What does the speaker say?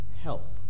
help